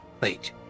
Wait